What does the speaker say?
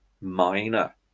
minor